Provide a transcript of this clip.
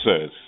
says